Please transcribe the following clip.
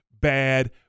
bad